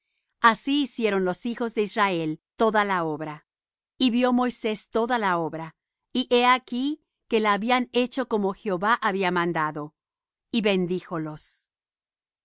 así hicieron los hijos de israel toda la obra y vió moisés toda la obra y he aquí que la habían hecho como jehová había mandado y bendíjolos y